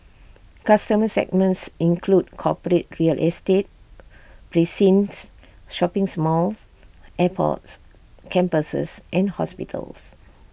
customer segments include corporate real estate precincts shopping's malls airports campuses and hospitals